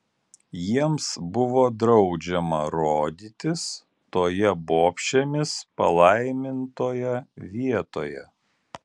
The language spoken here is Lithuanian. jiems buvo draudžiama rodytis toje bobšėmis palaimintoje vietoje